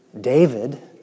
David